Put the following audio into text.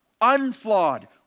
unflawed